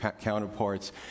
counterparts